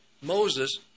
Moses